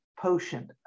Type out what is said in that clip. potion